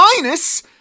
minus